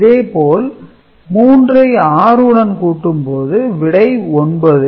இதே போல் 3 ஐ 6 உடன் கூட்டும் போது விடை 9